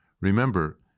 Remember